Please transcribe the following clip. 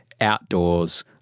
outdoors